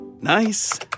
Nice